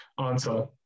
answer